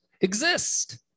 exist